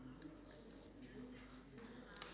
ya and rice hot rice